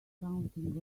counting